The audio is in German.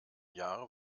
jahre